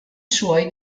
suoi